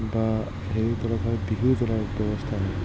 বা হেৰিৰ তলত হওক ব্যৱস্থা হয়